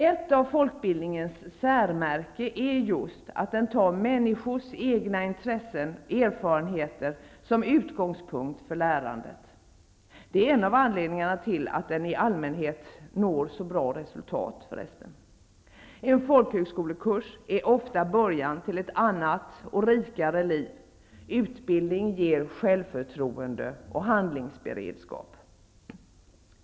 Ett av folkbildningens särmärken är just att den tar människors egna intressen och erfarenheter som utgångspunkt för lärandet. Det är en av anledningarna till att den i allmänhet når så bra resultat. En folkhögskolekurs är ofta början till ett annat och rikare liv. Utbildning ger självförtroende och handlingsberedskap.